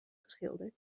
geschilderd